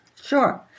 Sure